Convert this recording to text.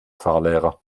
fahrlehrer